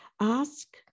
Ask